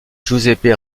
giuseppe